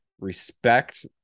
respect